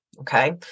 Okay